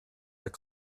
its